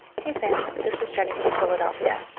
hey, sam. this is jenny from philadelphia.